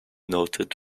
noted